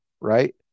right